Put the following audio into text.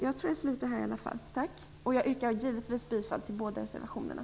Jag yrkar givetvis bifall till båda reservationerna.